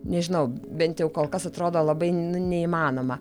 nežinau bent jau kol kas atrodo labai nu neįmanoma